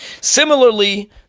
Similarly